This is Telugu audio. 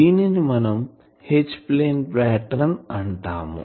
దీనిని మనం H ప్లేన్ పాటర్న్ అంటాం